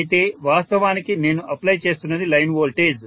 అయితే వాస్తవానికి నేను అప్లై చేస్తున్నది లైన్ వోల్టేజ్